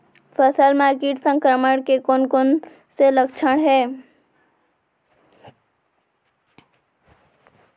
फसल म किट संक्रमण के कोन कोन से लक्षण हे?